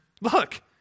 Look